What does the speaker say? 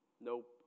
nope